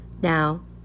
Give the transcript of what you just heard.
Now